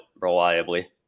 reliably